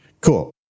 Cool